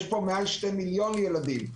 יש פה מעל לשני מיליון ילדים,